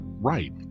right